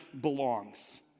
belongs